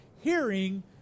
hearing